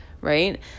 right